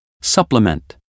Supplement